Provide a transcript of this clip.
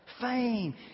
fame